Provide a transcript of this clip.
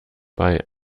bei